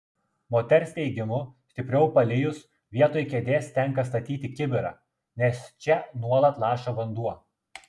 moters teigimu stipriau palijus vietoj kėdės tenka statyti kibirą nes čia nuolat laša vanduo